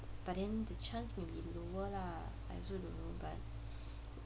but then the chance would be lower lah I also don't know but